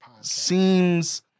seems